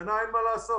השנה אין מה לעשות,